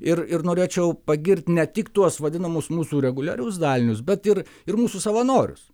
ir ir norėčiau pagirt ne tik tuos vadinamus mūsų reguliarius dalinius bet ir ir mūsų savanorius